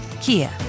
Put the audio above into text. Kia